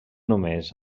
només